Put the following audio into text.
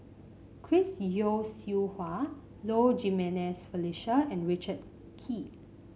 Chris Yeo Siew Hua Low Jimenez Felicia and Richard Kee